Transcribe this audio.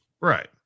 Right